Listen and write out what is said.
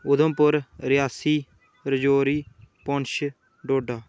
Udhampur Reasi Rajouri Poonch Doda